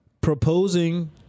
proposing